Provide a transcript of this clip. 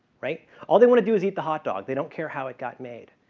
right? all they want to do is eat the hotdog. they don't care how it got made.